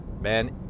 man